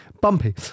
bumpy